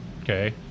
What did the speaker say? Okay